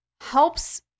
Helps